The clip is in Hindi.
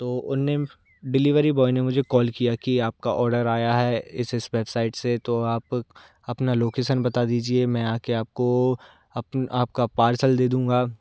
तो उन्होंने डिलीवरी बॉय ने मुझे कॉल किया कि आपका ऑर्डर आया है इस इस वेबसाइट से तो आप अपना लोकेसन बता दीजिए मैं आकर आपको अपन आपका पार्सल दे दूँगा